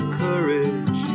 courage